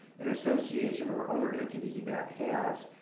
an association or other entity that has,